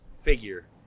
figure